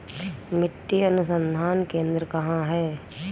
मिट्टी अनुसंधान केंद्र कहाँ है?